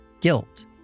guilt